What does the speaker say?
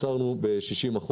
עצרנו ב-60%.